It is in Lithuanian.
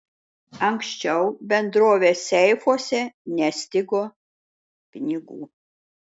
anksčiau bendrovės seifuose nestigo pinigų